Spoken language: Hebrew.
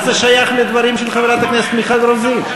מה זה שייך לדברים של חברת הכנסת מיכל רוזין?